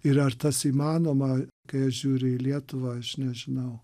ir ar tas įmanoma kai aš žiūriu į lietuvą aš nežinau